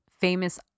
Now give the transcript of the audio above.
famous